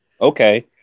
Okay